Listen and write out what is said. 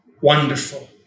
wonderful